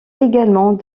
également